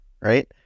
right